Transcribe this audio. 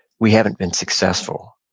we haven't been successful.